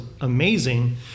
amazing